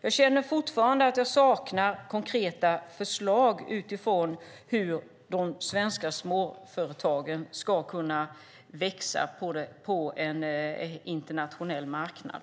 Jag saknar fortfarande konkreta förslag för hur de svenska småföretagen ska kunna växa på en internationell marknad.